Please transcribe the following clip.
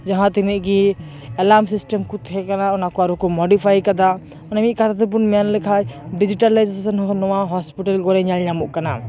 ᱡᱟᱦᱟᱸ ᱛᱤᱱᱟᱜ ᱜᱤ ᱮᱞᱟᱢ ᱥᱤᱥᱴᱮᱢ ᱠᱚ ᱛᱟᱦᱮᱸ ᱠᱟᱱᱟ ᱚᱱᱟ ᱠᱚ ᱟᱨᱚ ᱠᱚ ᱢᱳᱰᱤᱯᱷᱟᱭ ᱟᱠᱟᱫᱟ ᱚᱱᱮ ᱢᱤᱫ ᱠᱟᱛᱷᱟ ᱛᱮᱵᱚ ᱢᱮᱱ ᱞᱮᱠᱷᱟᱱ ᱰᱤᱜᱤᱴᱟᱞᱟᱭᱤᱡᱮᱥᱚᱱ ᱱᱚᱣᱟ ᱦᱳᱥᱯᱤᱴᱟᱞ ᱠᱚᱨᱮ ᱧᱮᱞ ᱧᱟᱢᱚᱜ ᱠᱟᱱᱟ